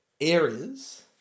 areas